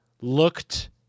looked